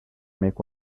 make